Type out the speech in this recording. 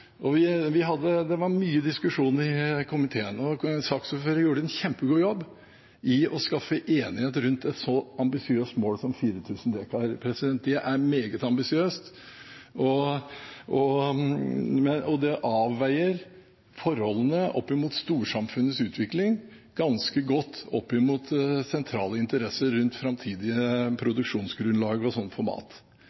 gjorde en kjempegod jobb i å skaffe enighet rundt et så ambisiøst mål som 4 000 dekar. Det er meget ambisiøst, og det avveier ganske godt forholdet mellom storsamfunnets utvikling og sentrale interesser rundt framtidig produksjonsgrunnlag for mat. Men vi kan ikke bli totalt urealistiske og